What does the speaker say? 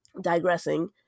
digressing